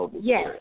Yes